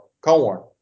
corn